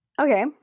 Okay